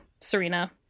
Serena